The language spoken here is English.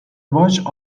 watched